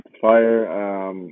fire